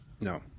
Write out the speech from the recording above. no